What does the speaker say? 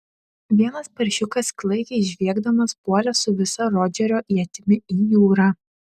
vienas paršiukas klaikiai žviegdamas puolė su visa rodžerio ietimi į jūrą